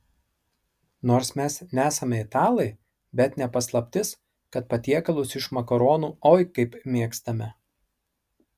nors mes nesame italai bet ne paslaptis kad patiekalus iš makaronų oi kaip mėgstame